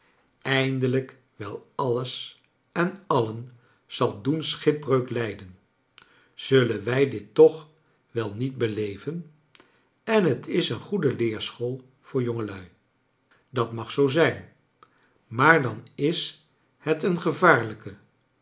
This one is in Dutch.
eindelijk wel alles en alien zal doen schipbreuk lijden zullen wij dit toch wel niet beleven en het is een goede leerschool voor jongelui dat mag zoo zijn maar dan is het een gevaarlijke